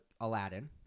Aladdin